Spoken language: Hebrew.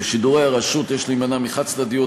"בשידורי הרשות יש להימנע מחד-צדדיות,